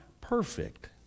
perfect